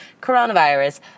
coronavirus